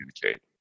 communicate